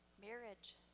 marriage